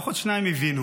חברת הכנסת טלי גוטליב,